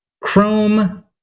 Chrome